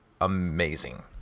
amazing